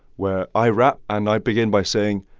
where i rap. and i begin by saying,